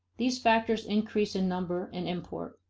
these factors increase in number and import.